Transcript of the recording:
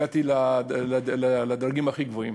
הגעתי לדרגים הכי גבוהים,